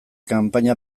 kanpaina